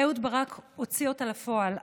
אהוד ברק הוציא אותה לפועל,